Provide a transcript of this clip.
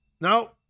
No